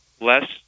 less